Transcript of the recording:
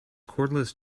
cordless